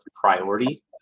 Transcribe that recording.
priority